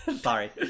Sorry